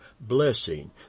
blessing